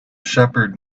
shepherd